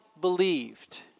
believed